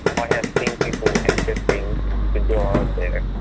i have seen people accepting to go out there,